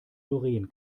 doreen